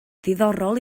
ddiddorol